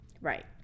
Right